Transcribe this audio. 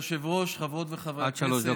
כבוד היושב-ראש, חברות וחברי הכנסת,